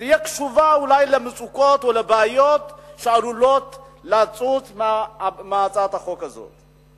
היא תהיה קשובה אולי למצוקות או לבעיות שעלולות לצוץ מהצעת החוק הזו.